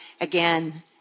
again